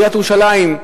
בעיריית ירושלים,